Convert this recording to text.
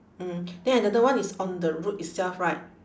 mm then another one is on the road itself right